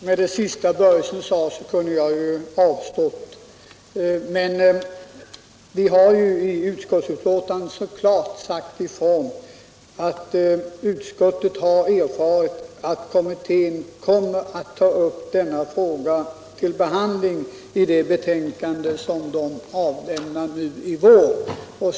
Herr talman! Efter det sista som herr Börjesson sade kunde jag ha avstått, men vi har ju i utskottsbetänkandet klart sagt att utskottet har erfarit att kommittén kommer att ta upp denna fråga till behandling i det betänkande som man avlämnar nu i vår.